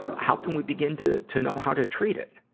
ah how can we begin to, to know how to treat it?